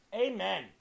Amen